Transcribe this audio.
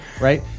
right